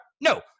No